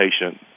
patient